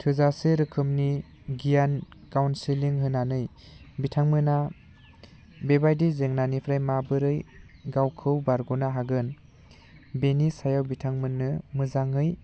थोजासे रोखोमनि गियान काउन्सिलिं होनानै बिथांमोना बेबायदि जेंनानिफ्राय माबोरै गावखौ बारग'नो हागोन बेनि सायावबो बिथांमोननो मोजाङै